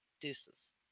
Deuces